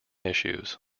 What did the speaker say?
issues